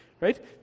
right